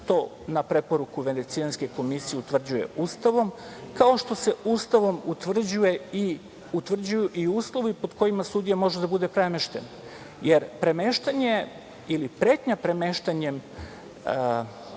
na preporuku Venecijanske komisije, utvrđuje Ustavom, kao što se Ustavom utvrđuju i uslovi pod kojima sudija može da bude premešten. Jer, premeštanje ili pretnja premeštanjem,